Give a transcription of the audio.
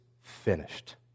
finished